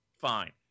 fine